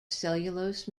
cellulose